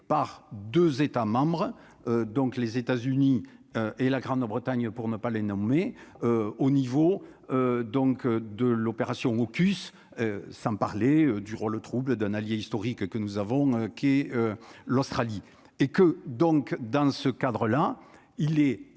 par 2 États membres donc les États-Unis et la Grande-Bretagne pour ne pas les nommer au niveau donc de l'opération aux cuisses, sans parler du rôle trouble d'un allié historique que nous avons, qui est l'Australie et que donc dans ce cadre-là, il est